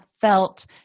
felt